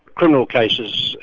criminal cases,